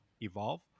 Evolve